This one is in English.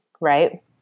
right